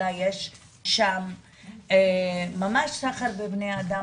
אלא יש שם ממש סחר בבני אדם,